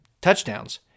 touchdowns